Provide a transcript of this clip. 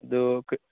ꯑꯗꯨ